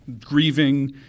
grieving